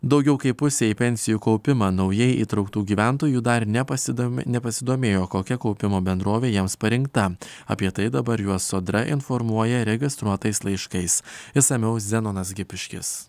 daugiau kaip pusė į pensijų kaupimą naujai įtrauktų gyventojų dar nepasidomi nepasidomėjo kokia kaupimo bendrovė jiems parinkta apie tai dabar juos sodra informuoja registruotais laiškais išsamiau zenonas gipiškis